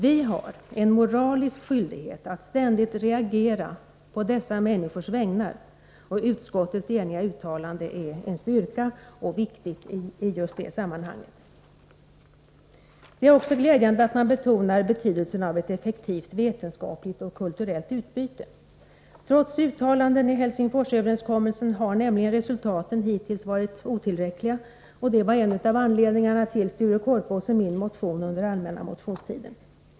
Vi har en moralisk skyldighet att ständigt reagera på dessa människors vägnar, och utskottets eniga uttalande är en styrka och viktigt i just det sammanhanget. Det är också glädjande att man betonar betydelsen av ett effektivt vetenskapligt och kulturellt utbyte. Trots uttalanden i Helsingforsöverenskommelsen har nämligen resultaten hittills varit otillräckliga, och det var en av anledningarna till Sture Korpås och min motion under allmänna motionstiden.